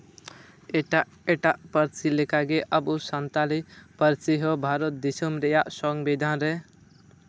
ᱮᱴᱟᱜ ᱮᱴᱟᱜ ᱯᱟᱹᱨᱥᱤ ᱞᱮᱠᱟᱜᱮ ᱟᱵᱚ ᱥᱟᱱᱛᱟᱞᱤ ᱯᱟᱹᱨᱥᱤ ᱦᱚᱸ ᱵᱷᱟᱨᱚᱛ ᱫᱤᱥᱚᱢ ᱨᱮᱭᱟᱜ ᱥᱚᱝᱵᱤᱷᱟᱱ ᱨᱮ